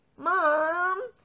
Mom